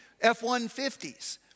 F-150s